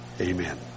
Amen